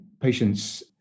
patients